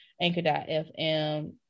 anchor.fm